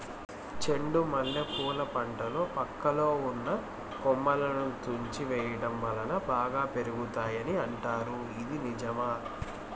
చెండు మల్లె పూల పంటలో పక్కలో ఉన్న కొమ్మలని తుంచి వేయటం వలన బాగా పెరుగుతాయి అని అంటారు ఇది నిజమా?